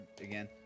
again